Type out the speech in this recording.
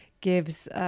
gives